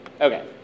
Okay